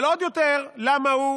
אבל עוד יותר, למה הוא